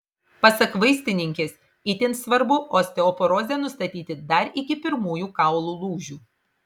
pasak vaistininkės itin svarbu osteoporozę nustatyti dar iki pirmųjų kaulų lūžių